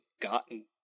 gotten